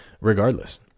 regardless